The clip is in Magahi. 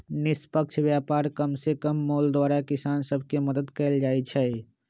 निष्पक्ष व्यापार कम से कम मोल द्वारा किसान सभ के मदद कयल जाइ छै